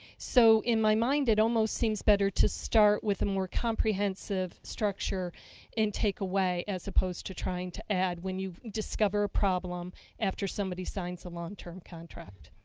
so in my mind it almost seems better to start with a more comprehensive structure and take away opposed to trying to add, when you discover a problem after somebody signs a long term contract.